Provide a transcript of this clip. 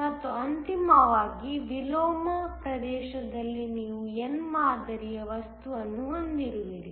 ಮತ್ತು ಅಂತಿಮವಾಗಿ ವಿಲೋಮ ಪ್ರದೇಶದಲ್ಲಿ ನೀವು n ಮಾದರಿಯ ವಸ್ತುವನ್ನು ಹೊಂದಿರುವಿರಿ